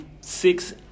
six